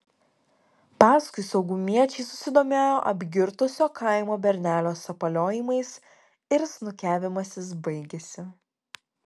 paskui saugumiečiai susidomėjo apgirtusio kaimo bernelio sapaliojimais ir snukiavimasis baigėsi